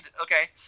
Okay